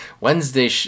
Wednesday